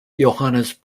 johannes